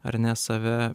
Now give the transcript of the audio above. ar ne save